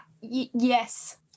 Yes